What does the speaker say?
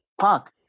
Fuck